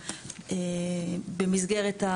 במסגרת,